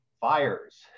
fires